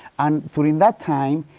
and during that time,